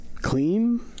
clean